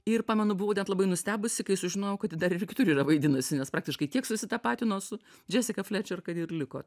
ir pamenu buvau net labai nustebusi kai sužinojau kad ji dar ir kitur yra vaidinusi nes praktiškai tiek susitapatino su džesika flečer kad ir liko